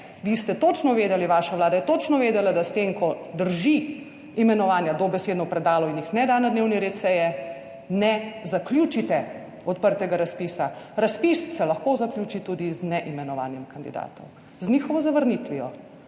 ste točno vedeli, vaša Vlada je točno vedela, da s tem, ko drži imenovanja dobesedno v predalu in jih ne da na dnevni red seje, ne zaključite odprtega razpisa. Razpis se lahko zaključi tudi z neimenovanjem kandidatov, z njihovo zavrnitvijo,